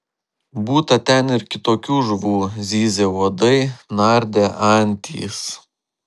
būta ten ir kitokių žuvų zyzė uodai nardė antys